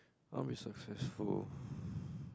I want to be successful